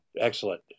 excellent